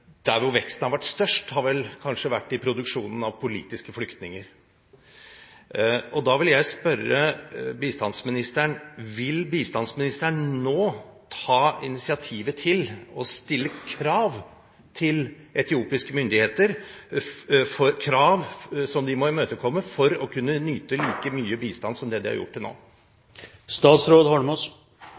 Veksten har vel kanskje vært størst i produksjon av politiske flyktninger. Da vil jeg spørre bistandsministeren: Vil bistandsministeren nå ta initiativ til å stille krav som etiopiske myndigheter må imøtekomme for å kunne nyte like mye bistand som de har gjort til